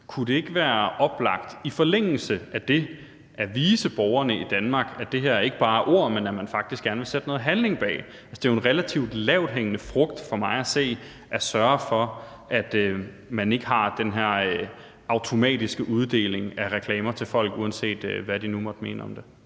Kunne det ikke være oplagt i forlængelse af det at vise borgerne i Danmark, at det ikke bare er ord, men at man faktisk gerne vil sætte noget handling bag? Det er jo for mig at se en relativt lavthængende frugt, man kan plukke, ved at sørge for, at man ikke har den her automatiske uddeling af reklamer til folk, uanset hvad de måtte mene om det.